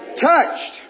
Touched